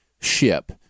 ship